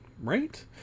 right